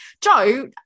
Joe